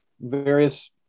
various